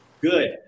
Good